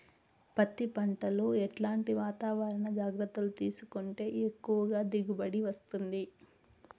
పత్తి పంట లో ఎట్లాంటి వాతావరణ జాగ్రత్తలు తీసుకుంటే ఎక్కువగా దిగుబడి వస్తుంది?